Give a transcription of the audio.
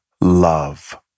love